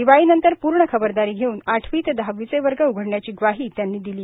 दिवाळीनंतर पूर्ण खबरदारी घेउन आठवी ते दहावीचे वर्ग उघडण्याची ग्वाही त्यांनी दिली